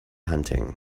hunting